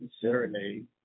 serenade